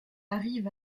arrive